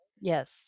Yes